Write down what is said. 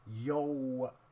yo